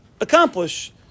accomplish